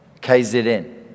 KZN